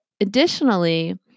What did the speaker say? additionally